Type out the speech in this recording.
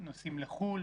נוסעים לחוץ לארץ,